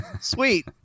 Sweet